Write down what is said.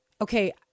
okay